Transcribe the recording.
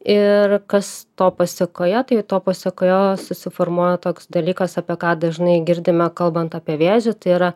ir kas to pasekoje tai to pasėkoje susiformuoja toks dalykas apie ką dažnai girdime kalbant apie vėžį tai yra